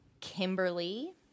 kimberly